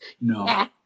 No